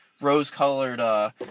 Rose-colored